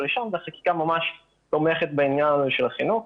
לשם והחקיקה ממש תומכת בעניין של החינוך,